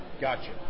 Gotcha